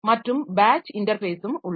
மற்றும் பேட்ச் இன்டர்ஃபேஸ்ஸூம் உள்ளது